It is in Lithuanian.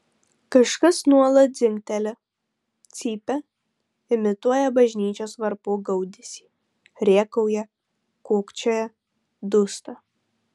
kažkas nuolat dzingteli cypia imituoja bažnyčios varpų gaudesį rėkauja kūkčioja dūsta